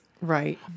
Right